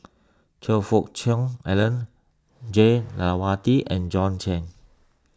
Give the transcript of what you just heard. Choe Fook Cheong Alan Jah Lewati and John Clang